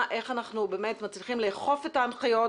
איך באמת אנחנו מצליחים לאכוף את ההנחיות,